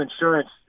insurance